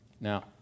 Now